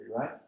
right